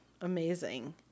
Amazing